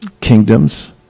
kingdoms